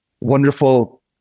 wonderful